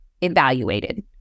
evaluated